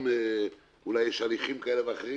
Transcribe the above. יש אולי הליכים כאלה ואחרים.